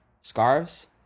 scarves